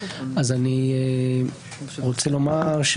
אני רוצה לומר,